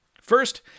First